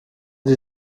die